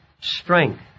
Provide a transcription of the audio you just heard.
strength